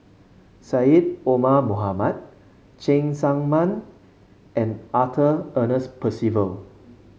Syed Omar Mohamed Cheng Tsang Man and Arthur Ernest Percival